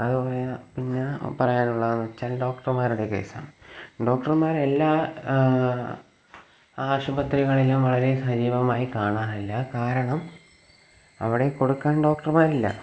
അതുപോലെ പിന്നെ പറയാനുള്ളതെന്ന് വെച്ചാൽ ഡോക്ടർമാരുടെ കേസ് ആണ് ഡോക്ടർമാർ എല്ലാ ആശുപത്രികളിലും വളരെ സജീവമായി കാണാറില്ല കാരണം അവിടെ കൊടുക്കാൻ ഡോക്ടർമാരില്ല